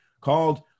called